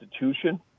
institution